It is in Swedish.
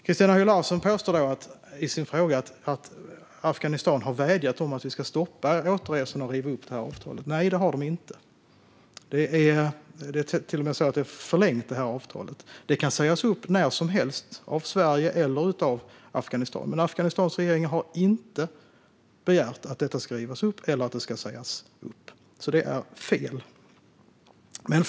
Christina Höj Larsen påstår i sin interpellation att Afghanistan har vädjat om att vi ska stoppa återresorna och riva upp avtalet. Nej, det har de inte gjort. Det är till och med så att avtalet är förlängt. Det kan sägas upp när som helst, av Sverige eller av Afghanistan, men Afghanistans regering har inte begärt att det ska rivas upp eller sägas upp. Detta är alltså fel.